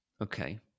Okay